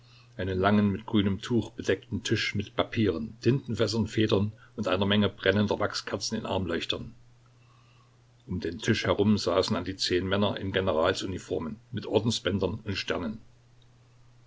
einen langen mit grünem tuch bedeckten tisch mit papieren tintenfässern federn und einer menge brennender wachskerzen in armleuchtern um den tisch herum saßen an die zehn männer in generalsuniformen mit ordensbändern und sternen